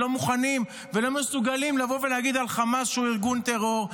לא מוכנים ולא מסוגלים לבוא ולהגיד על חמאס שהוא ארגון טרור,